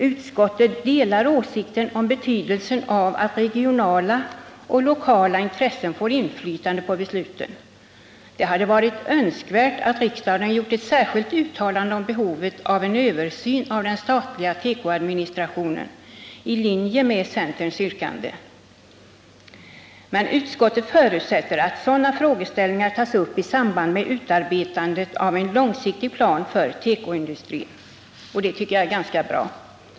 Utskottet delar åsikten om betydelsen av att regionala och lokala intressen får inflytande på besluten. Det hade varit önskvärt att riksdagen gjort ett särskilt uttalande om behovet av en översyn av den statliga tekoadministrationen i linje med centerns yrkande. Men utskottet förutsätter att sådana frågeställ ningar tas upp i samband med utarbetandet av en långsiktig plan för tekoindustrin, och jag tycker att det är ganska bra.